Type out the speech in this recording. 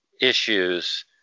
issues